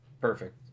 Perfect